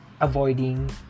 avoiding